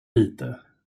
lite